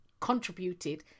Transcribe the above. contributed